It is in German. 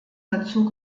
dazu